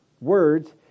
words